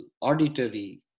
auditory